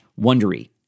Wondery